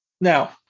Now